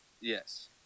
Yes